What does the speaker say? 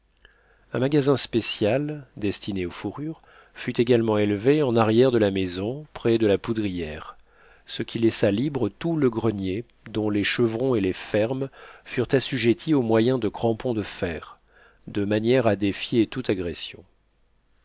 un magasin spécial destiné aux fourrures fut également élevé en arrière de la maison près de la poudrière ce qui laissa libre tout le grenier dont les chevrons et les fermes furent assujettis au moyen de crampons de fer de manière à défier toute agression